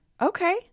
Okay